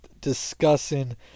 discussing